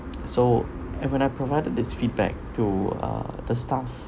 so and when I provided this feedback to uh the staff